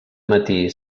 matí